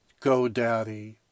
GoDaddy